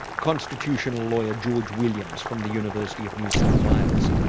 constitutional lawyer george williams from the university of new south wales,